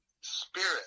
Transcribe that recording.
spirit